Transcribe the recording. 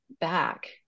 back